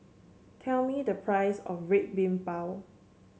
tell me the price of Red Bean Bao